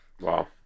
Wow